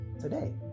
today